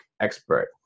expert